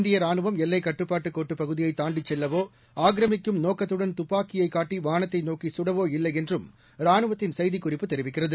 இந்திய ரானுவம் எல்லைக்கட்டுப்பாட்டு கோட்டுப் பகுதியை தாண்டிச் செல்லவோ ஆக்கிரமிக்கும் நோக்கத்துடன் துப்பாக்கியைக் காட்டி வானத்தை நோக்கி கடவோ இல்லை என்றும் ரானுவத்தின் செய்திக்குறிப்பு தெரிவிக்கிறது